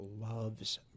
loves